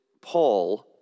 Paul